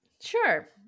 Sure